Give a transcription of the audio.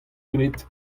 graet